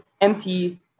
empty